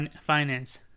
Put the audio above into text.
finance